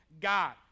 God